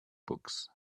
books